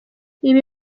ibi